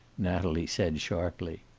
natalie said, sharply.